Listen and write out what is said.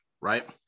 right